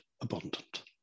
abundant